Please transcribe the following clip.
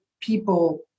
people